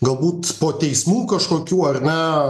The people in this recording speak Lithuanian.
galbūt po teismų kažkokių ar ne